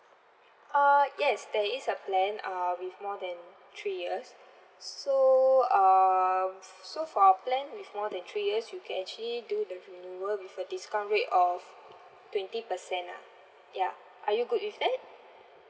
uh yes there is a plan uh with more than three years so uh f~ so for our plan with more than three years you can actually do the renewal with a discount rate of twenty percent lah ya are you good with that